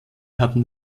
hatten